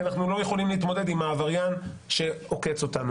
אנחנו לא יכולים להתמודד עם העבריין שעוקץ אותנו.